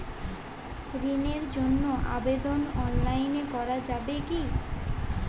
ঋণের জন্য আবেদন অনলাইনে করা যাবে কি?